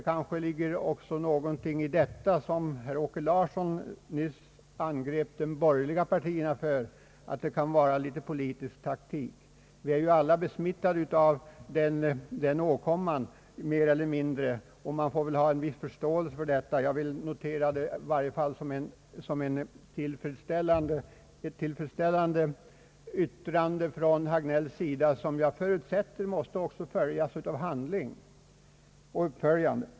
Det kanske rent allmänt ligger något i herr Åke Larssons uttalande nyss då han angrep de borgerliga partierna för att det skulle ligga politisk taktik bakom deras reservationer och att herr Hagnell är ute i samma ärende, Vi är alla mer eller mindre besmittade av den åkomman, och man får väl ha litet förståelse för det. Jag vill i alla fall notera att herr Hagnells yttrande är ett tillfredsställande yttrande som jag också förutsätter skall följas av handling och uppföljande.